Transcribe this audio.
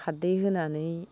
खारदै होनानै